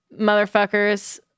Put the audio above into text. motherfuckers